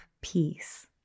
peace